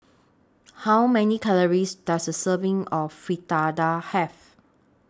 How Many Calories Does A Serving of Fritada Have